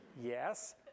Yes